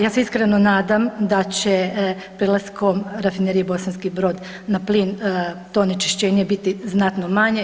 Ja se iskreno nadam da će prelaskom Rafinerije Bosanski Brod na plin to onečišćenje biti znatno manje.